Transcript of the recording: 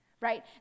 Right